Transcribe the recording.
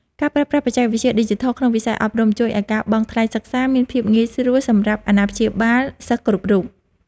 ការប្រើប្រាស់បច្ចេកវិទ្យាឌីជីថលក្នុងវិស័យអប់រំជួយឱ្យការបង់ថ្លៃសិក្សាមានភាពងាយស្រួលសម្រាប់អាណាព្យាបាលសិស្សគ្រប់រូប។